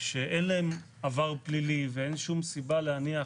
שאין להם עבר פלילי ואין שום סיבה להניח